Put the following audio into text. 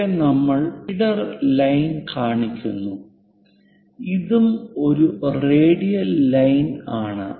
ഇവിടെ നമ്മൾ leader line കാണിക്കുന്നു ഇതും ഒരു റേഡിയൽ ലൈൻ ആണ്